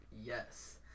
Yes